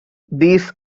these